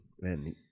man